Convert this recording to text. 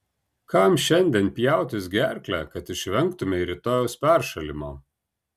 kam šiandien pjautis gerklę kad išvengtumei rytojaus peršalimo